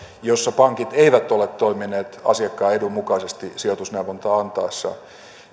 joissa pankit eivät ole toimineet asiakkaan edun mukaisesti sijoitusneuvontaa antaessaan